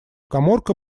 каморка